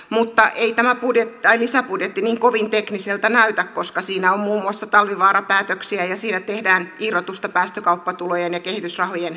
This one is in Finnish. mutta ei tämä lisäbudjetti niin kovin tekniseltä näytä koska siinä on muun muassa talvivaara päätöksiä ja siinä tehdään irrotusta päästökauppatulojen ja kehitysrahojen välillä